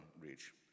reach